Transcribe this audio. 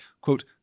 quote